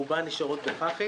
רובן נשארות בחח"י,